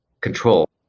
control